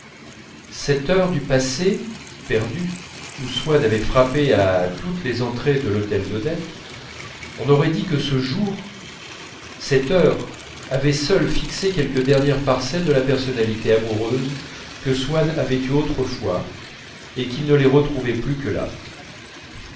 cette heure du passé perdu où swann avait frappé à toutes les entrées de l'hôtel d'odette on aurait dit que ce jour cette heure avaient seuls fixé quelques dernières parcelles de la personnalité amoureuse que swann avait eue autrefois et qu'il ne les retrouvait plus que là